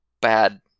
bad